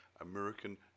american